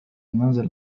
المنزل